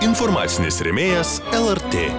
informacinis rėmėjas lrt